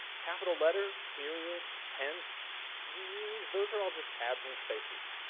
capital letter, period, tense, you use, those are all just tabs and spaces.